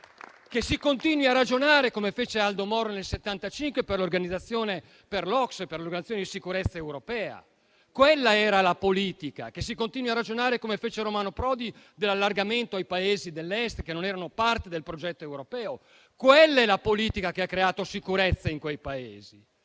che si continui a ragionare come fece Aldo Moro nel '75 per l'OSCE, per l'Organizzazione per la sicurezza e la cooperazione in Europa. Quella era la politica. Che si continui a ragionare, come fece Romano Prodi, dell'allargamento ai Paesi dell'Est che non erano parte del progetto europeo: quella è la politica che ha creato sicurezza in quei Paesi,